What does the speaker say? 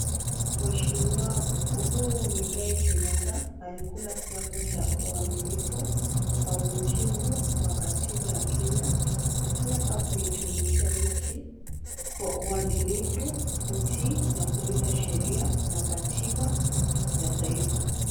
Mheshimiwa Uhuru Muigai Kenyatta alikula kiapo cha uaminifu kwa mujibu wa katiba ya Kenya akiapa kuitumikia nchi kwa uadilifu, kutii na kulinda sheria na katiba ya taifa.